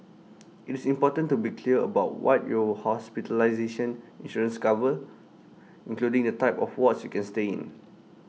IT is important to be clear about what your hospitalization insurance covers including the type of wards you can stay in